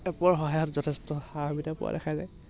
এপৰ সহায়ত যথেষ্ট সা সুবিধা পোৱা দেখা যায়